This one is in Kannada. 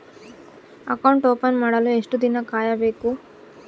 ಅಕೌಂಟ್ ಓಪನ್ ಮಾಡಲು ಎಷ್ಟು ದಿನ ಕಾಯಬೇಕು?